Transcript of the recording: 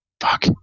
Fuck